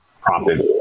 prompted